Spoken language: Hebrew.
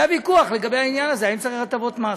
והיה ויכוח בעניין הזה, אם צריך הטבות מס.